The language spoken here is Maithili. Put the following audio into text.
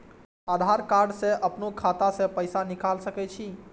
आधार कार्ड से अपनो खाता से पैसा निकाल सके छी?